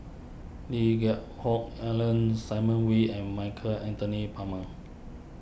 Lee Geck Hoon Ellen Simon Wee and Michael Anthony Palmer